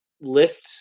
lift